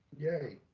yay.